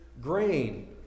grain